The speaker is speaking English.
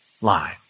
lie